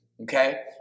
Okay